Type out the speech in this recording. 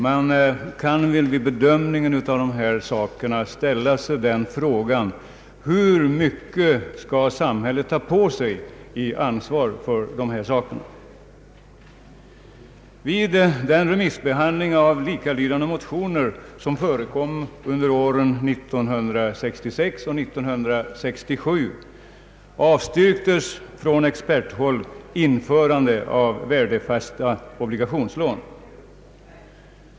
Man kan vid bedömningen av dessa problem ställa sig frågan: Hur mycket skall samhället ta på sig i fråga om ansvar för dessa saker? Vid den remissbehandling av likalydande motioner som förekom under åren 1966 och 1967 avstyrktes från experthåll införande av värdefasta obligationslån.